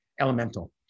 elemental